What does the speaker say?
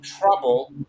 Trouble